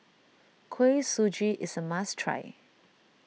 Kuih Suji is a must try